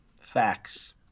Facts